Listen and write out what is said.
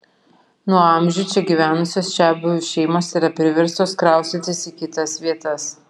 nuo amžių čia gyvenusios čiabuvių šeimos yra priverstos kraustytis į kitas vietas